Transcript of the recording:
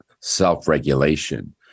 self-regulation